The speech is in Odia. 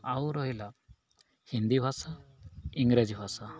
ଆଉ ରହିଲା ହିନ୍ଦୀ ଭାଷା ଇଂରାଜୀ ଭାଷା